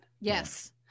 Yes